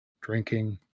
drinking